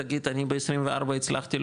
תגיד אני ב-24 הצלחתי,